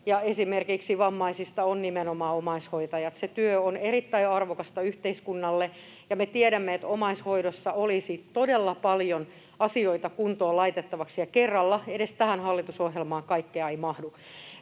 esimerkiksi vammaisista, on nimenomaan omaishoitajat. Se työ on erittäin arvokasta yhteiskunnalle, ja me tiedämme, että omaishoidossa olisi todella paljon asioita kuntoon laitettaviksi, ja kerralla edes tähän hallitusohjelmaan kaikkea ei mahdu.